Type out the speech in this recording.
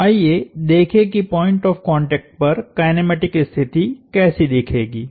तो आइए देखें कि पॉइंट ऑफ़ कांटेक्ट पर काइनेमेटिक स्थिति कैसी दिखेगी